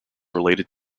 related